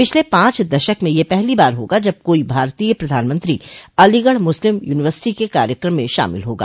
पिछले पांच दशक में यह पहली बार होगा जब कोई भारतीय प्रधानमंत्री अलीगढ़ मुस्लिम यूनिवर्सिटी के कार्यक्रम में शामिल होगा